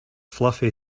fluffy